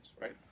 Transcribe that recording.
right